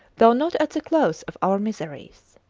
though not at the close of our miseries.